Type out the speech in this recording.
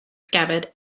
scabbard